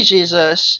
Jesus